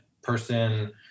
person